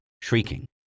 shrieking